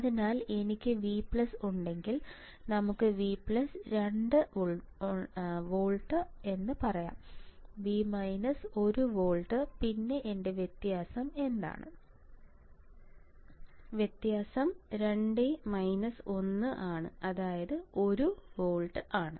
അതിനാൽ എനിക്ക് V ഉണ്ടെങ്കിൽ നമുക്ക് V 2 വോൾട്ട് എന്ന് പറയാം V 1വോൾട്ട് പിന്നെ എന്റെ വ്യത്യാസം എന്താണ് വ്യത്യാസം ആണ് അതായത് 1 ആണ്